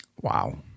Wow